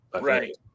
right